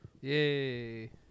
Yay